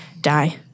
die